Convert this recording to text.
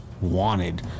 wanted